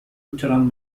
lutheran